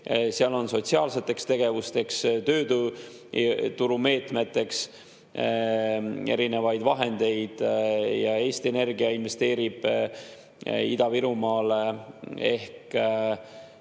Seal on sotsiaalseteks tegevusteks, tööturumeetmeteks erinevaid vahendeid. Eesti Energia investeerib Ida-Virumaale